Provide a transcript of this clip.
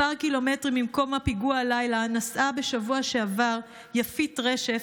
כמה קילומטרים ממקום הפיגוע הלילה נסעה בשבוע שעבר יפית רשף,